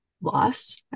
Loss